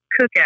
cookout